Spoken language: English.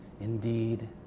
indeed